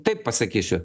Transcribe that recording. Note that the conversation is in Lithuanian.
taip pasakysiu